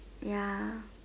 ya